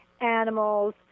animals